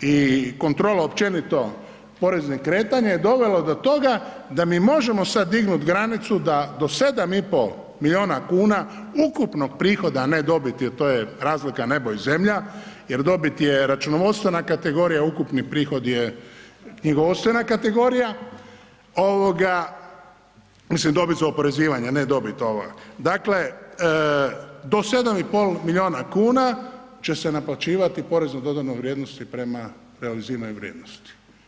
i kontrola općenito poreznih kretanja je dovelo do toga da mi možemo sad dignut granicu da do 7,5 milijuna kuna ukupnog prihoda, a ne dobiti jel to je razlika nebo i zemlja, jer dobit je računovodstvena kategorija, ukupni prihod je knjigovodstvena kategorija, ovoga, mislim dobit za oporezivanje, ne dobit ova, dakle do 7,5 milijuna kuna će se naplaćivati porez na dodanu vrijednost i prema realiziranoj vrijednosti.